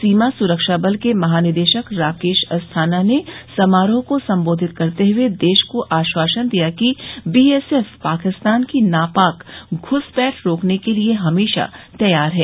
सीमा सुरक्षाबल के महानिदेशक राकेश अस्थाना ने समारोह को संबोधित करते हए देश को आश्वासन दिया कि बीएसएफ पाकिस्तान की नापाक घुसपैठ रोकने के लिए हमेशा तैयार है